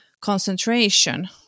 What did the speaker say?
concentration